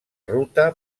ruta